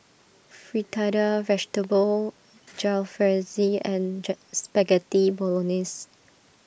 Fritada Vegetable Jalfrezi and jar Spaghetti Bolognese